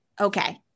okay